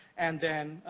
and then,